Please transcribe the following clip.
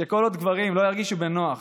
שכל עוד גברים לא ירגישו בנוח